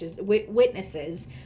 witnesses